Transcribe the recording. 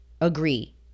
agree